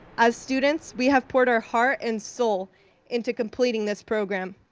as students, we have poured our heart and soul into completing this program.